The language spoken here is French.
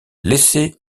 laissée